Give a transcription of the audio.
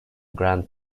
grand